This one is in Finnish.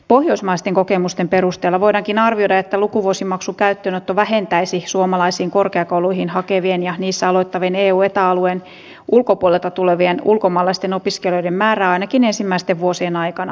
pohjoismaisten kokemusten perusteella voidaankin arvioida että lukuvuosimaksun käyttöönotto vähentäisi suomalaisiin korkeakouluihin hakevien ja niissä aloittavien eu ja eta alueen ulkopuolelta tulevien ulkomaalaisten opiskelijoiden määrää ainakin ensimmäisten vuosien aikana